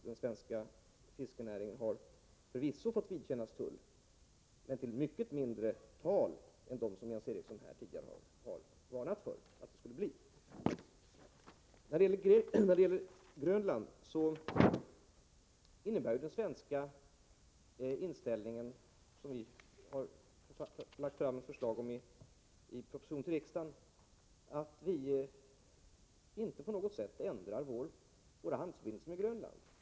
Den svenska fiskenäringen har förvisso fått vidkännas tullar, men till mycket lägre tal än dem som Jens Eriksson tidigare har varnat för. När det gäller Grönland innebär den svenska inställningen, som vi har lagt fram förslag om i en proposition till riksdagen, att vi inte på något sätt ändrar våra handelsförbindelser med Grönland.